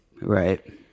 Right